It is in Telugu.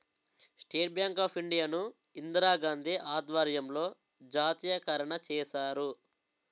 స్టేట్ బ్యాంక్ ఆఫ్ ఇండియా ను ఇందిరాగాంధీ ఆధ్వర్యంలో జాతీయకరణ చేశారు